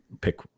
pick